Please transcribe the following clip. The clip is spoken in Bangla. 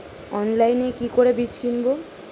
অনলাইনে কি করে বীজ কিনব?